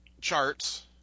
charts